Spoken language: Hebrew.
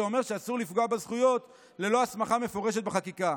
שאומר שאסור לפגוע בזכויות ללא הסמכה מפורשת בחקיקה.